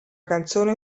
canzone